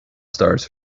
stars